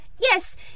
Yes